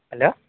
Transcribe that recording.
hello